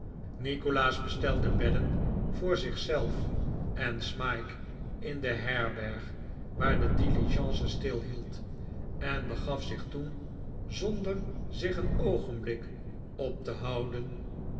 nikolaas bestelde bedden voor zich zelf en smike in de herberg waar de diligence stilhield en begaf zich toen zonder zich een oogenblik op te houden